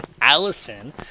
Allison